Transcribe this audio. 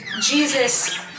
Jesus